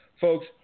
folks